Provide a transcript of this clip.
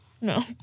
No